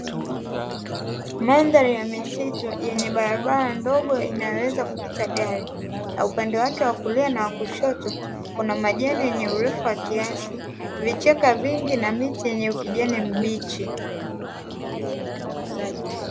Mandhari ya misitu yenye barabara ndogo inayoweza kupita gari na upande wake wa kulia na kushoto, kuna majani yenye urefu wa kiasi, vichaka vingi na miti yenye ukijani mbichi.